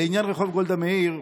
לעניין רחוב גולדה מאיר,